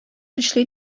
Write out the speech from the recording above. көчле